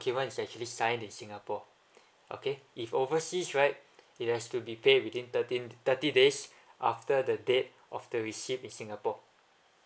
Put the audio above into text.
document is actually signed in singapore okay if overseas right it has to be paid within thirteen thirty days after the date of the receipt in singapore